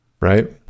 Right